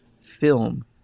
film